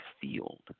field